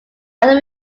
other